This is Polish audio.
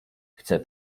chcę